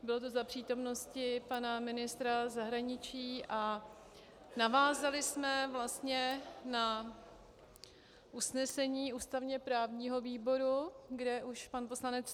Bylo to za přítomnosti pana ministra zahraničí a navázali jsme vlastně na usnesení ústavněprávního výboru, kde už pan poslanec